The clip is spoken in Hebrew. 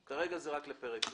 כרגע זה רק לפרק זה.